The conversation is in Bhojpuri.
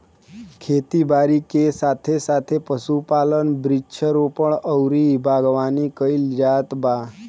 खेती बारी के साथे साथे पशुपालन, वृक्षारोपण अउरी बागवानी कईल जात बा